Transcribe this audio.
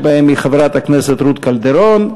ראשונת המציעים היא חברת הכנסת רות קלדרון,